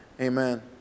Amen